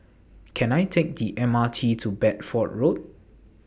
Can I Take The M R T to Bedford Road